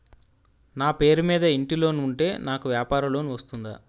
నా పేరు మీద ఇంటి లోన్ ఉంటే నాకు వ్యాపార లోన్ వస్తుందా?